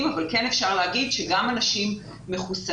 אבל כן אפשר להגיד שגם אנשים מחוסנים,